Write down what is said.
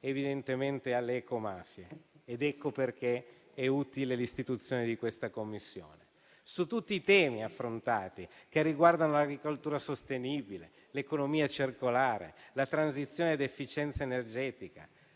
evidentemente alle ecomafie ed ecco perché è utile l'istituzione di questa Commissione su tutti i temi affrontati, che riguardano l'agricoltura sostenibile, l'economia circolare, la transizione ed efficienza energetica,